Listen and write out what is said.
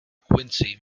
quincy